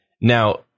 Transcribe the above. Now